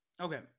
Okay